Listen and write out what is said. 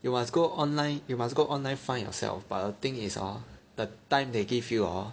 you must go online you must go online find yourself but the thing is hor the time they give you hor